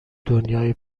دنیای